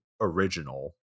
original